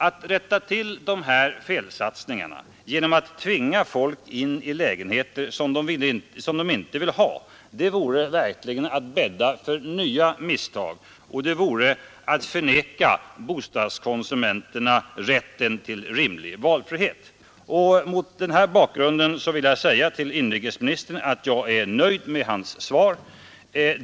Att rätta till de här felsatsningarna genom att tvinga folk in i lägenheter som de inte vill ha vore verkligen att bädda för nya misstag, och det vore att vägra bostadskonsumenterna rätten till rimlig valfrihet. Mot den här bakgrunden vill jag säga till inrikesministern att jag är nöjd med hans svar.